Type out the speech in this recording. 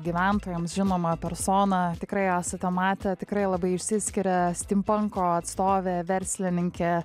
gyventojams žinoma persona tikrai esate matę tikrai labai išsiskiria stimpanko atstovė verslininkė